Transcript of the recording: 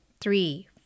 three